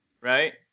Right